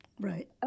Right